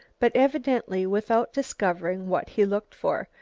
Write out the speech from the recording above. but evidently without discovering what he looked for,